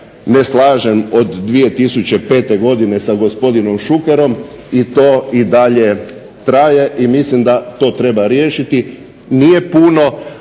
Nije puno,